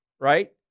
right